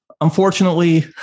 Unfortunately